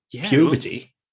puberty